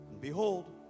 Behold